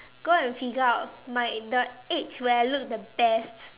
go and figure out my the age where I look the best